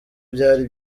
byari